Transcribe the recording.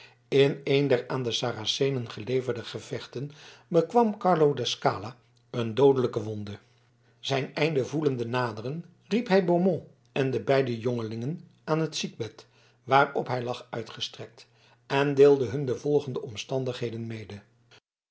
in een der aan de saracenen geleverde gevechten bekwam carlo della scala een doodelijke wonde zijn einde voelende naderen riep hij beaumont en de beide jongelingen aan het ziekbed waarop hij lag uitgestrekt en deelde hun de volgende omstandigheden mede